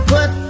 Put